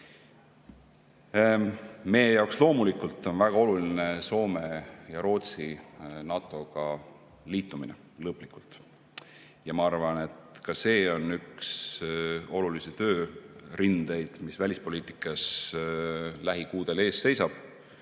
Meie jaoks on loomulikult väga oluline Soome ja Rootsi NATO‑ga liitumine, lõplikult. Ja ma arvan, et ka see on üks olulisi töörindeid, mis välispoliitikas lähikuudel ees seisab,